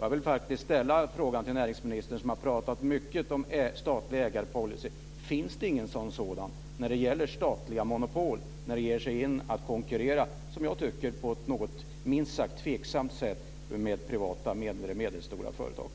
Jag vill faktiskt ställa frågan till näringsministern, som har talat mycket om statlig ägarpolicy: Finns det ingen sådan när det gäller statliga monopol som ger sig in på att konkurrera på ett, som jag tycker, minst sagt tveksamt sätt med privata mindre och medelstora företag?